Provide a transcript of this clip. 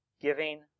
giving